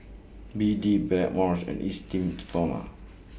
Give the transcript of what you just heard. B D Blackmores and Esteem Stoma